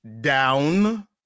down